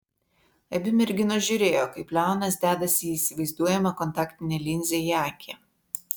abi merginos žiūrėjo kaip leonas dedasi įsivaizduojamą kontaktinę linzę į akį